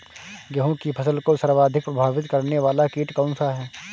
गेहूँ की फसल को सर्वाधिक प्रभावित करने वाला कीट कौनसा है?